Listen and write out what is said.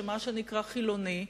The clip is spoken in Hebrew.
מה שנקרא חילוני,